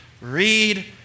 read